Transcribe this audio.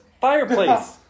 fireplace